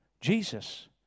Jesus